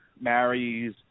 marries